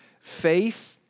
faith